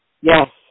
Yes